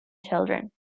children